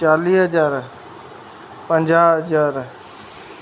चालीह हज़ार पंजाहु हज़ार